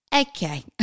okay